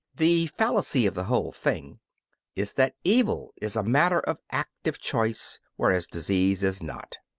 the fallacy of the whole thing is that evil is a matter of active choice whereas disease is not.